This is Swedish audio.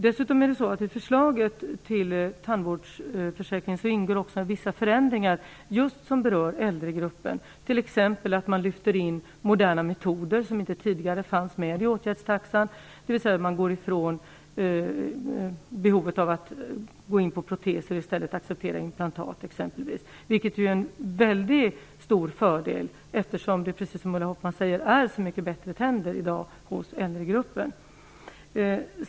Dessutom ingår i förslaget till tandvårdsförsäkring vissa förändringar som berör just äldregruppen. Man lyfter in moderna metoder som inte tidigare fanns med i åtgärdstaxan; exempelvis går man ifrån behovet av använda proteser till att i stället acceptera inplantat. Detta är en väldigt stor fördel, eftersom tänderna, precis som Ulla Hoffmann säger, är så mycket bättre i dag hos äldregruppen.